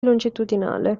longitudinale